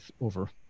over